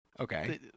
Okay